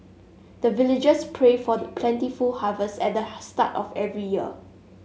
the villagers pray for plentiful harvest at the start of every year